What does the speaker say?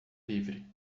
livre